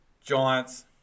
Giants